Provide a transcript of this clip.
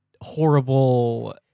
Horrible